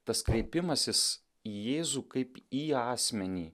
tas kreipimasis į jėzų kaip į asmenį